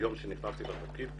ביום שנכנסתי לתפקידי,